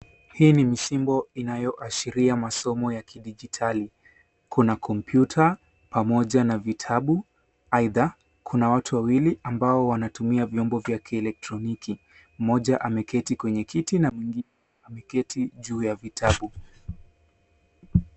Hii ni msimbo inayoashiria masomo ya kidijitali. Kuna kompyuta pamoja na vitabu. Aidha, kuna watu wawili ambao wanatumia vyombo vya kielektroniki. Moja ameketi kwenye kiti na mwengine ameketi juu ya vitabu.